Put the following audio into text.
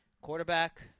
Quarterback